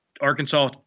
Arkansas